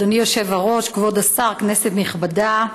אדוני היושב-ראש, כבוד השר, כנסת נכבדה,